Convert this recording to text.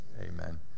Amen